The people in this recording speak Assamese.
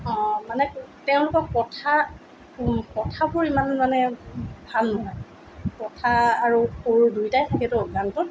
অঁ মানে তেওঁলোকৰ কথা কথাবোৰ ইমান মানে ভাল নহয় কথা আৰু সুৰ দুয়োটাই থাকেতো গানটোত